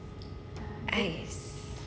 !hais!